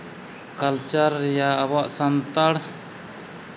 culture ᱨᱮᱭᱟᱜ ᱟᱵᱚᱣᱟᱜ ᱥᱟᱱᱛᱟᱲ